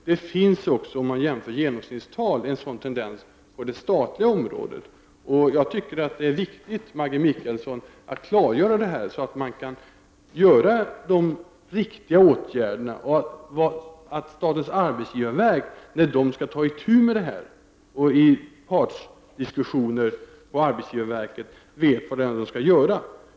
Det finns också, om man jämför genomsnittstal, en sådan tendens på det statliga området. Jag tycker att det är viktigt, Maggi Mikaelsson, att klargöra detta, så att de riktiga åtgärderna kan vidtas, så att man på arbetsgivarverket, när man skall ta itu med detta i partsdiskussioner, vet vad det är man skall göra.